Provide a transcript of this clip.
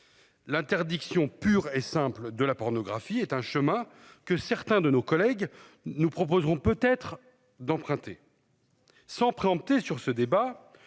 L'interdiction pure et simple de la pornographie est un chemin que certains de nos collègues nous proposerons peut être d'emprunter. 100 préempter sur ce débat.